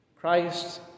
Christ